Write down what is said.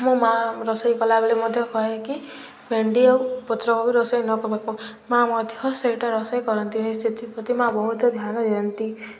ମୁଁ ମା' ରୋଷେଇ କଲାବେଳେ ମଧ୍ୟ କହେକି ଭେଣ୍ଡି ଆଉ ପତ୍ରକୋବି ରୋଷେଇ ନକରିବାକୁ ମା' ମଧ୍ୟ ସେଇଟା ରୋଷେଇ କରନ୍ତିନି ସେଥିପ୍ରତି ମା' ବହୁତ ଧ୍ୟାନ ଦିଅନ୍ତି